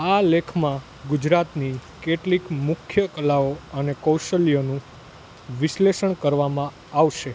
આ લેખમાં ગુજરાતની કેટલીક મુખ્ય કલાઓ અને કૌશલ્યનું વિશ્લેષણ કરવામાં આવશે